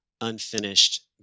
unfinished